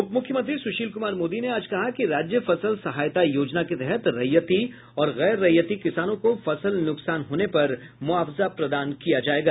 उप मुख्यमंत्री सुशील कुमार मोदी ने आज कहा कि राज्य फसल सहायता योजना के तहत रैयती और गैर रैयती किसानों को फसल नुकसान होने पर मुआवजा प्रदान किया जायेगा